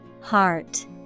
Heart